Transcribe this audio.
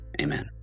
amen